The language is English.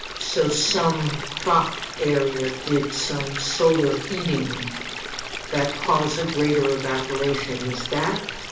so some crop area did some solar heating that caused a greater evaporation. is that